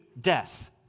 death